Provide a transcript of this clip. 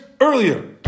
earlier